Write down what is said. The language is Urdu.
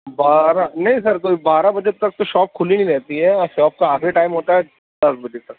بارہ نہیں سر کوئی بارہ بجے تک تو شاپ کھلی نہیں رہتی ہے اور شاپ کا آخری ٹائم ہوتا ہے دس بجے تک